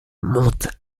monte